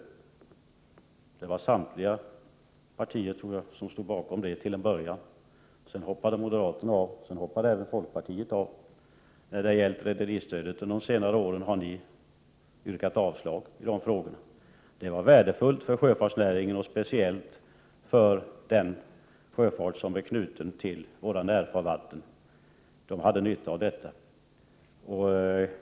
Jag tror att samtliga partier stod bakom detta till en början. Sedan hoppade moderaterna av, och därefter även folkpartiet. De senaste åren har ni yrkat avslag när det gäller frågor om rederistödet. Detta stöd var värdefullt för sjöfartsnäringen — speciellt för den sjöfart som är knuten till våra närfarvatten, den hade nytta av det.